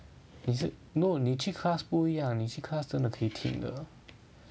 is it no 你去 class 不一样你去 class 真的可以听的